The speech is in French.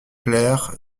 clair